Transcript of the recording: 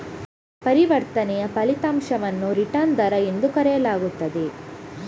ಪರಿವರ್ತನೆಯ ಫಲಿತಾಂಶವನ್ನು ರಿಟರ್ನ್ ದರ ಎಂದು ಕರೆಯಲಾಗುತ್ತದೆ